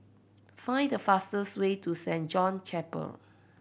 find the fastest way to Saint John Chapel